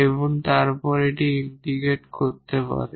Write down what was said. এবং তারপর এটি ইন্টিগ্রেট করতে পারে